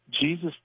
Jesus